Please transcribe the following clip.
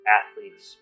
athletes